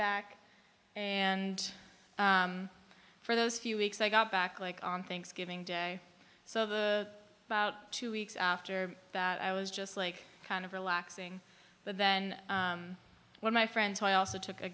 back and for those few weeks i got back like on thanksgiving day so the about two weeks after that i was just like kind of relaxing but then when my friends who i also took a